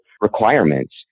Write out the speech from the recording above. requirements